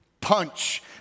punch